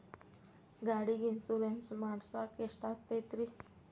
ಗಾಡಿಗೆ ಇನ್ಶೂರೆನ್ಸ್ ಮಾಡಸಾಕ ಎಷ್ಟಾಗತೈತ್ರಿ?